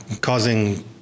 causing